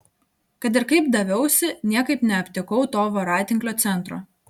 kad ir kaip daviausi niekaip neaptikau to voratinklio centro